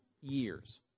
years